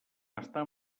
estar